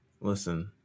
listen